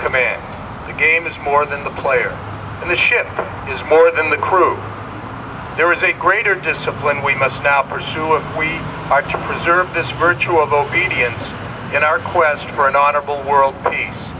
come in the game is more than the player and the ship is more than the crew there is a greater discipline we must now pursue and we are to preserve this virtue of obedience in our quest for an honorable world